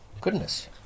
Goodness